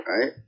Right